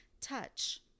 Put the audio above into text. Touch